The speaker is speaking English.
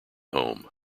home